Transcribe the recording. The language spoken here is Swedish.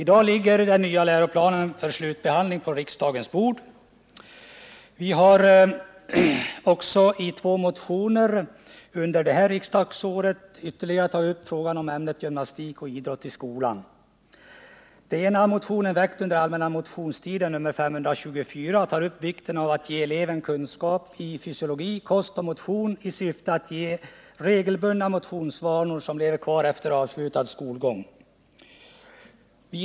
I dag ligger den nya läroplanen för slutbehandling på riksdagens bord. I några motioner har vi också under det här riksmötet tagit upp frågan om ämnet gymnastik och idrott i skolan. En av motionerna har väckts under allmänna motionstiden och har nr 524. Den tar upp vikten av att ge eleverna kunskaper i fysiologi, kost och motion i syfte att ge alla regelbundna motionsvanor som lever kvar efter avslutad skolgång.